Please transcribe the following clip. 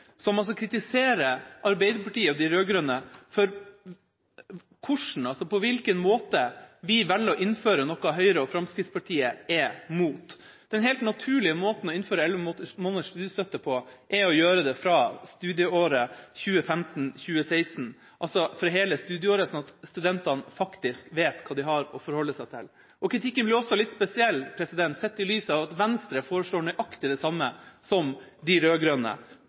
som altså kritiserer Arbeiderpartiet og de andre rød-grønne for på hvilken måte vi velger å innføre noe Høyre og Fremskrittspartiet er imot. Den helt naturlige måten å innføre elleve måneders studiestøtte på er å gjøre det fra studieåret 2015/2016, altså for hele studieåret, sånn at studentene faktisk vet hva de har å forholde seg til. Kritikken blir også litt spesiell sett i lys av at Venstre foreslår nøyaktig det samme som de